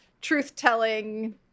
truth-telling